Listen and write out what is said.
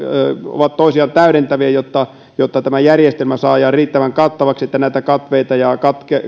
ovat toisiaan täydentäviä jotta jotta järjestelmä saadaan riittävän kattavaksi että katveita ja